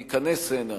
להיכנס הנה,